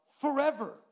forever